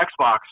Xbox